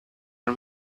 are